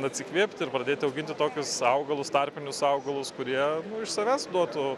atsikvėpti ir pradėti auginti tokius augalus tarpinius augalus kurie nu iš savęs duotų